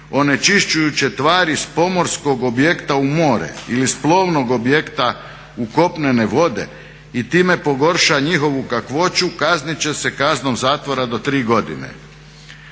onečišćujuće tvari s pomorskog objekta u more ili s plovnog objekta u kopnene vode i time pogorša njihovu kakvoću kaznit će se kaznom zatvora do tri godine."